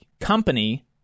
company